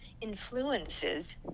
influences